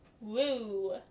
Woo